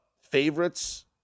favorites